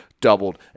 doubled